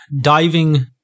diving